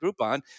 Groupon